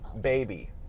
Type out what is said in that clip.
baby